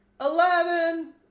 Eleven